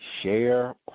Share